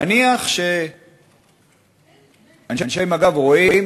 נניח שאנשי מג"ב רואים